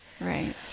Right